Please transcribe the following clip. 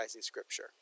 scripture